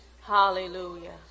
Hallelujah